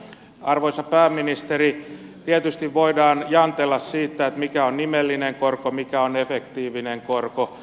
arvoisa pääministeri tietysti voidaan jantella siitä mikä on nimellinen korko mikä on efektiivinen korko